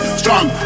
strong